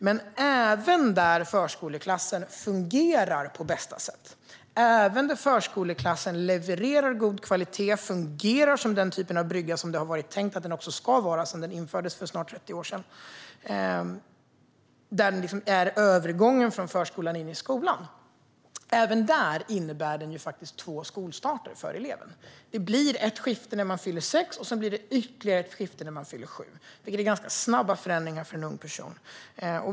Men även där förskoleklassen fungerar på bästa sätt, där den levererar god kvalitet och fungerar som den brygga det varit tänkt att den ska vara sedan den infördes för snart 30 år sedan, där den är övergången från förskolan in i skolan - även där innebär den två skolstarter för eleven. Det blir ett skifte när man fyller sex och sedan ytterligare ett skifte när man fyller sju, vilket är ganska snabba förändringar för en ung person.